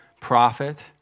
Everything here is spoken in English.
prophet